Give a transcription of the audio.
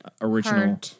original